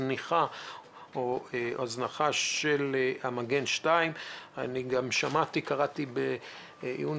זניחה או הזנחה של המגן 2. קראתי בעיון